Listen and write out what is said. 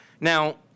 Now